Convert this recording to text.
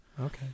Okay